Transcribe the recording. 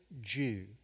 Jew